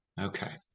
Okay